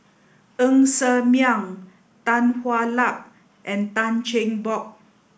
Ng Ser Miang Tan Hwa Luck and Tan Cheng Bock